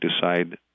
decide